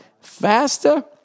faster